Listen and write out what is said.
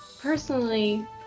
personally